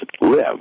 live